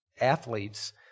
athletes